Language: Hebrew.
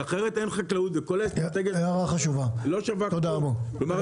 כי אחרת אין חקלאות וכל האסטרטגיה לא שווה כלום.